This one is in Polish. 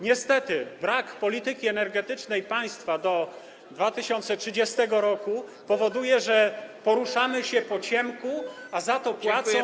Niestety brak polityki energetycznej państwa do 2030 r. powoduje, że poruszamy się po ciemku, a za to płacą.